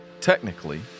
Technically